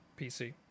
PC